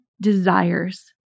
desires